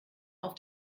auf